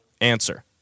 answer